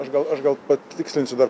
aš gal aš gal patikslinsiu dar